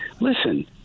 listen